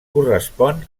correspon